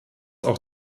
auch